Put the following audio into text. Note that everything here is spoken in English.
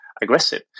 Aggressive